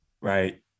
right